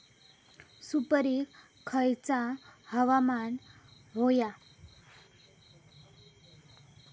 सुपरिक खयचा हवामान होया?